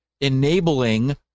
enabling